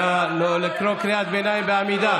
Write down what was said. נא לא לקרוא קריאת ביניים בעמידה.